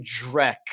dreck